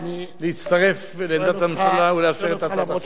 מחברי הכנסת להצטרף לעמדת הממשלה ולאשר את הצעת החוק.